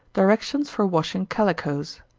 directions for washing calicoes.